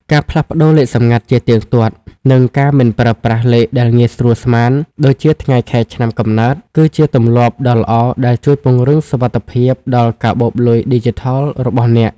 ការផ្លាស់ប្តូរលេខសម្ងាត់ ជាទៀងទាត់ និងការមិនប្រើប្រាស់លេខដែលងាយស្រួលស្មាន (ដូចជាថ្ងៃខែឆ្នាំកំណើត) គឺជាទម្លាប់ដ៏ល្អដែលជួយពង្រឹងសុវត្ថិភាពដល់កាបូបលុយឌីជីថលរបស់អ្នក។